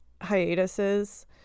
hiatuses